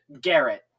Garrett